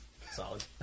Solid